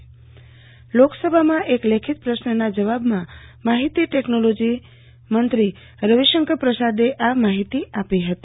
આજે લોકસભામાં એક લેખિત પ્રશ્નના જવાબમાં માહીતી ટેકનોલોજી રવિશંકર પ્રસાદે આ માહીતી આપી હતી